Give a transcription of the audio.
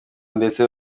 ndetse